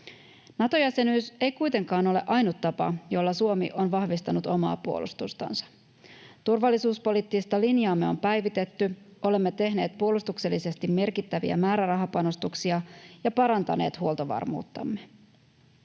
Nato-jäsenyys ei kuitenkaan ole ainut tapa, jolla Suomi on vahvistanut omaa puolustustansa. Turvallisuuspoliittista linjaamme on päivitetty, olemme tehneet puolustuksellisesti merkittäviä määrärahapanostuksia ja parantaneet huoltovarmuuttamme.